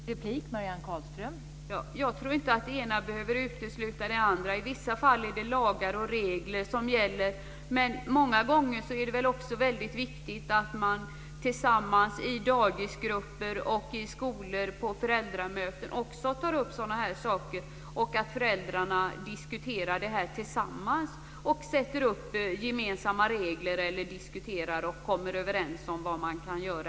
Fru talman! Jag tror inte att det ena behöver utesluta det andra. I vissa fall är det lagar och regler som gäller, men många gånger är det också viktigt att man tillsammans i dagisgrupper, i skolor och på föräldramöten tar upp sådana här saker. Föräldrarna kan då diskutera detta tillsammans, sätta upp gemensamma regler och komma överens om vad man kan göra.